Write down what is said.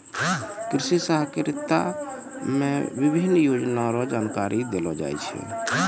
कृषि सहकारिता मे विभिन्न योजना रो जानकारी देलो जाय छै